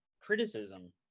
criticism